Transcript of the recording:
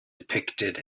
depicted